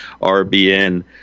RBN